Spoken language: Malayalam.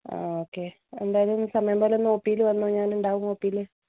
ഓക്കെ എന്തായാലും സമയം പോലെ ഒന്ന് ഒ പി ൽ വന്ന് ഞാനുണ്ടാവും ഒ പി ൽ